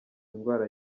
indwara